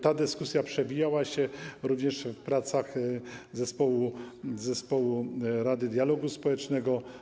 Ta dyskusja przewijała się również w pracach zespołu Rady Dialogu Społecznego.